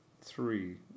three